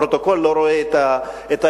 הפרוטוקול לא רואה את האירוניה,